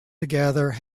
together